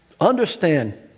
Understand